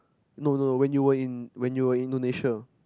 no no no when you were in when you were in Indonesia